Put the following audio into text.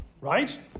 right